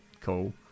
Cool